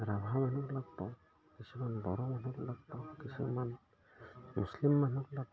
ৰাভা মানুহক লগ পাওঁ কিছুমান বড়ো মানুহক লগ পাওঁ কিছুমান মুছলিম মানুহক লগ পাওঁ